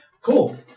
cool